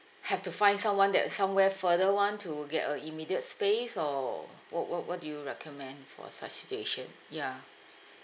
have to find someone that uh somewhere further one to get a immediate space or what what what do you recommend for such situation ya